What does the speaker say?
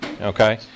okay